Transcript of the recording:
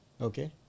Okay